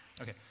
Okay